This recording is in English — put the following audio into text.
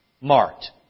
marked